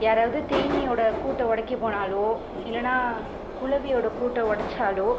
யாராவது தேனீயோடு கூட்டை உடைக்க போனாலோ இல்லைன்னா குளவியோடு கூட்டை உடைச்சாலோ